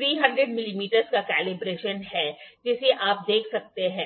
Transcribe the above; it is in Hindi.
300 मिमी का कैलिब्रेशन है जिसे आप देख सकते हैं